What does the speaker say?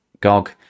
GOG